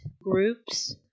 groups